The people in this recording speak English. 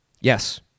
Yes